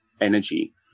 energy